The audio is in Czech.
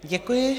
Děkuji.